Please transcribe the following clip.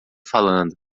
falando